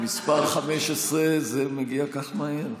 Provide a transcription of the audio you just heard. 15 מגיע כל כך מהר?